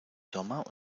sommer